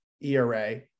ERA